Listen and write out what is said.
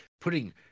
putting